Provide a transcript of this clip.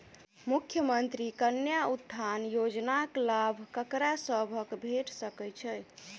मुख्यमंत्री कन्या उत्थान योजना कऽ लाभ ककरा सभक भेट सकय छई?